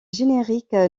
générique